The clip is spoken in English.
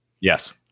Yes